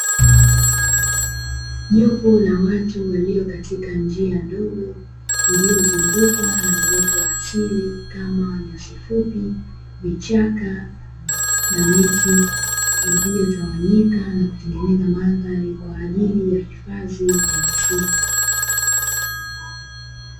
Jopo la watu walio katika njia ndogo, iliyozungukwa na uoto wa asili kama; nyasi fupi, vichaka na miti iliyotawanyika na kutengeneza mandhari kwa ajili ya misitu.